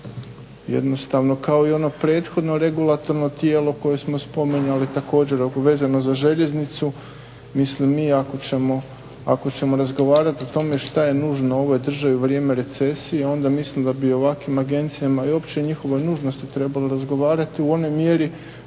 Jednostavno kao i ono prethodno regulatorno tijelo koje smo spominjali također vezano za željeznicu, mislim mi ako ćemo razgovarat o tome što je nužno ovoj državi u vrijeme recesije onda mislim da bi ovakvim agencijama i uopće njihovoj nužnosti trebalo razgovarati u onoj mjeri